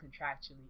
contractually